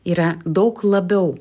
yra daug labiau